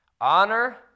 Honor